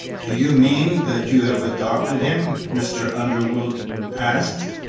do you mean that you have adopted him? mr. underwood asked,